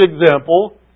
example